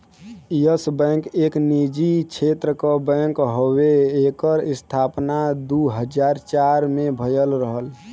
yes Bank एक निजी क्षेत्र क बैंक हउवे एकर स्थापना दू हज़ार चार में भयल रहल